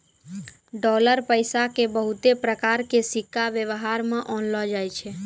dollar पैसा के बहुते प्रकार के सिक्का वेवहार मे आनलो जाय छै